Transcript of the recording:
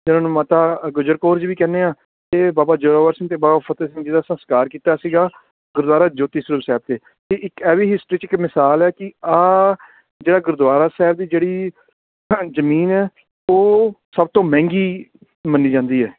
ਉਨ੍ਹਾਂ ਨੂੰ ਮਾਤਾ ਗੁਜਰ ਕੌਰ ਜੀ ਵੀ ਕਹਿੰਦੇ ਆ ਅਤੇ ਬਾਬਾ ਜ਼ੋਰਾਵਰ ਸਿੰਘ ਅਤੇ ਬਾਬਾ ਫਤਿਹ ਸਿੰਘ ਜੀ ਦਾ ਸੰਸਕਾਰ ਕੀਤਾ ਸੀਗਾ ਗੁਰਦੁਆਰਾ ਜੋਤੀ ਸਰੂਪ ਸਾਹਿਬ ਅਤੇ ਇੱਕ ਐਵੇਂ ਹੀ ਹਿਸਟਰੀ 'ਚ ਇੱਕ ਮਿਸਾਲ ਹੈ ਕਿ ਆਹ ਜਿਹੜਾ ਗੁਰਦੁਆਰਾ ਸਾਹਿਬ ਦੀ ਜਿਹੜੀ ਜ਼ਮੀਨ ਹੈ ਉਹ ਸਭ ਤੋਂ ਮਹਿੰਗੀ ਮੰਨੀ ਜਾਂਦੀ ਹੈ